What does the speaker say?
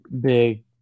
big